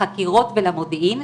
לחקירות ולמודיעין,